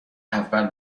اول